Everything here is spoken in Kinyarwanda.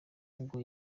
ubwo